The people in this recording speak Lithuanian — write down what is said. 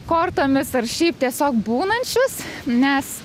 kortomis ar šiaip tiesiog būnančius nes